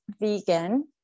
vegan